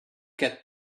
get